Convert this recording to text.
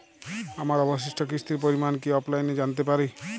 আমার অবশিষ্ট কিস্তির পরিমাণ কি অফলাইনে জানতে পারি?